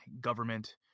government